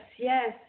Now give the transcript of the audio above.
yes